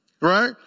right